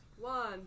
One